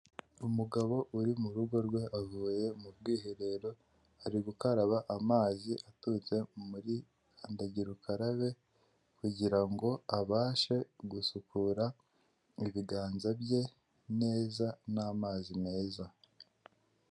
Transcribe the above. Umugabo uri mu rugo rwe avuye mu bwiherero, ari gukaraba amazi aturutse muridagikarabe, kugira ngo abashe gusukura ibiganza bye neza n'amazi meza.